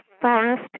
forest